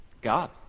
god